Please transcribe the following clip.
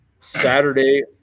Saturday